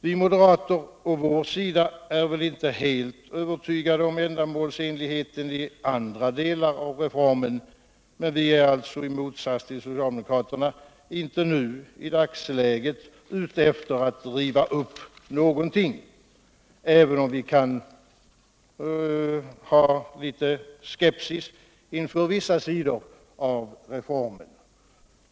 Vi moderater är väl inte helt övertygade om ändamålsenligheten i andra delar av reformen, men vi är alltså i motsats till socialdemokraterna inte i dagsläget ute Nr 150 efter alt riva upp någonting, även om vi kan känna skepsis inför vissa sidor av Onsdagen den reformen.